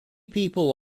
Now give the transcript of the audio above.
people